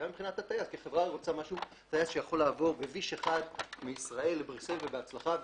גם מבחינת הטייס כי חברה רוצה טייס שיכול לעבור מישראל לבריסל ובהצלחה,